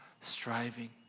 striving